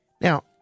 Now